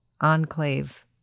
enclave